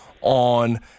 on